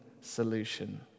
solution